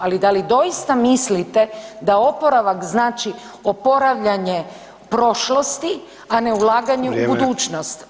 Ali da li doista mislite da oporavak znači oporavljanje prošlosti, a ne ulaganje u budućnost?